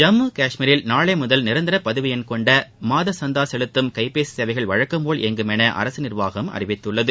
ஜம்மு காஷ்மீரில் நாளை முதல் நிரந்தர பதிவுகொண்ட மாதா சந்தா செலுத்தும் கைபேசி சேவைகள் வழக்கம் போல் இயங்கும் என அரசு நிர்வாகம் அறிவித்துள்ளது